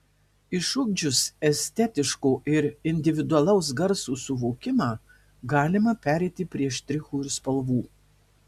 išugdžius estetiško ir individualaus garso suvokimą galima pereiti prie štrichų ir spalvų